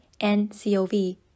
NCOV